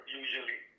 usually